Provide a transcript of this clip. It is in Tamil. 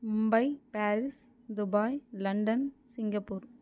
Mumbai Paris Dubai London Singapore